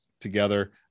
together